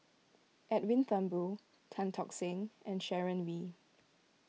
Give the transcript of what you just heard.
Edwin Thumboo Tan Tock Seng and Sharon Wee